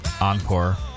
encore